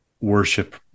worship